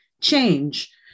change